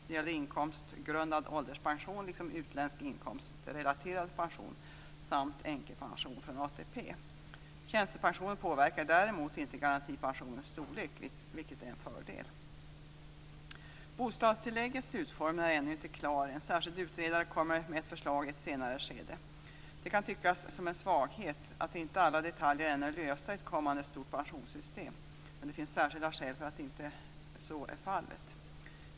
Det gäller inkomstgrundad ålderspension liksom utländsk inkomstrelaterad pension samt änkepension från ATP. Tjänstepensioner påverkar däremot inte garantipensionens storlek, vilket är en fördel. Bostadstilläggens utformning är ännu inte klar. En särskild utredare kommer med ett förslag i ett senare skede. Det kan tyckas som en svaghet att inte alla detaljer ännu är lösta i ett kommande stort pensionssystem. Men det finns särskilda skäl till att så inte är fallet.